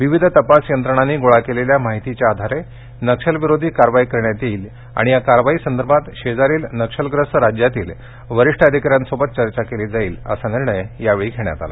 विविध तपास यंत्रणांनी गोळा केलेल्या माहितीच्या आधारे नक्षलविरोधी कारवाई करण्यात येईल आणि या कारवाईसंदर्भात शेजारील नक्षलग्रस्त राज्यातील वरिष्ठ अधिकाऱ्यांशी चर्चा केली जाईल असा निर्णय यावेळी घेण्यात आला